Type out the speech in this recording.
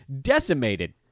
decimated